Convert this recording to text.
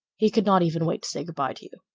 he could not even wait to say good-by to you.